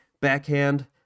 backhand